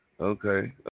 Okay